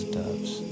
doves